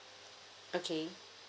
okay